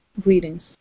Greetings